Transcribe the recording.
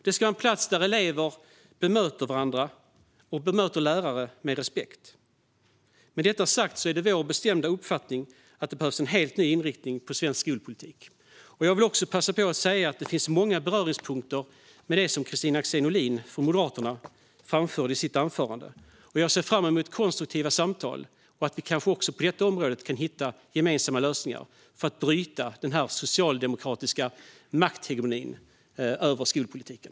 Det ska vara en plats där elever bemöter varandra och lärare med respekt. Med detta sagt är det vår bestämda uppfattning att det behövs en helt ny inriktning på svensk skolpolitik. Jag vill också passa på att säga att det finns många beröringspunkter med det som Kristina Axén Olin från Moderaterna framförde i sitt anförande. Jag ser fram emot konstruktiva samtal. Kanske kan vi även på detta område hitta gemensamma lösningar, så att vi kan bryta den socialdemokratiska makthegenomin över skolpolitiken.